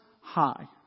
high